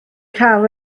car